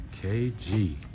KG